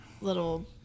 little